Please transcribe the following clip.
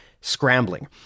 scrambling